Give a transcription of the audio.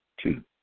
Two